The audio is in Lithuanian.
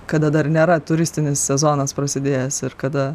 kada dar nėra turistinis sezonas prasidėjęs ir kada